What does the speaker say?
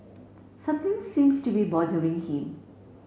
something seems to be bothering him